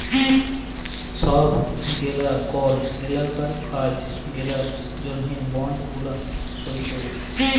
ছব গেলা কল ইলাকার কাজ গেলার জ্যনহে বল্ড গুলান সই ক্যরে